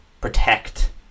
protect